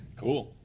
cool.